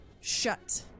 shut